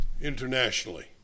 internationally